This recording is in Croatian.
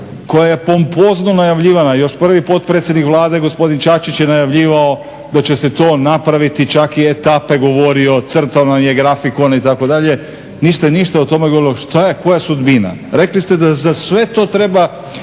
koja je pompozno najavljivana. Još prvi potpredsjednik Vlade gospodin Čačić je najavljivao da će se to napraviti. Čak je i etape govorio, crtao nam je grafikone itd. Niste ništa o tome govorili, šta je, koja sudbina. Rekli ste da za sve to treba